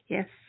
Yes